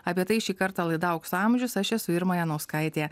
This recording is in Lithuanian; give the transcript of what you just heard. apie tai šį kartą laida aukso amžius aš esu irma janauskaitė